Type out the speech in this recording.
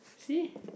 see